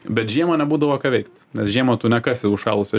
bet žiemą nebūdavo ką veikt nes žiemą tu nekasi užšalusios